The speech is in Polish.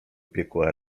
piekła